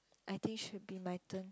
I think should be my turn